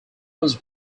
was